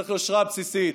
צריך יושרה בסיסית,